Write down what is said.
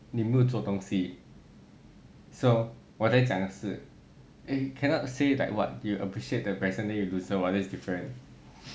你没有做东西 so 我在讲是 eh cannot say like what you appreciate the present then you loser what that is different